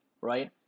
right